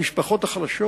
המשפחות החלשות,